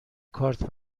کارت